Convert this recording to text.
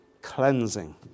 cleansing